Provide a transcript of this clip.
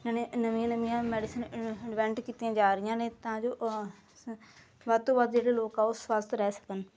ਨਵੇਂ ਨਵੀਆਂ ਨਵੀਆਂ ਮੈਡੀਸਨ ਇਨਵੈਂਟ ਕੀਤੀਆਂ ਜਾ ਰਹੀਆਂ ਨੇ ਤਾਂ ਜੋ ਵੱਧ ਤੋਂ ਵੱਧ ਜਿਹੜੇ ਲੋਕ ਆ ਉਹ ਸਵੱਸਥ ਰਹਿ ਸਕਣ